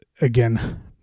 again